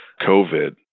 COVID